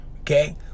Okay